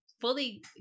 fully